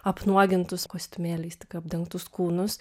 apnuogintus kostiumėliais tik apdengtus kūnus